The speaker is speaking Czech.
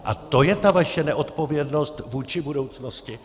A to je ta vaše neodpovědnost vůči budoucnosti.